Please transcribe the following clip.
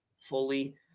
fully